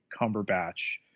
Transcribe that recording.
Cumberbatch